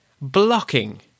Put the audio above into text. blocking